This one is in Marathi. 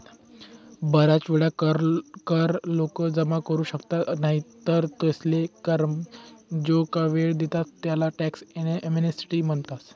बराच वेळा कर लोक जमा करू शकतस नाही तर तेसले करमा जो वेळ देतस तेले टॅक्स एमनेस्टी म्हणतस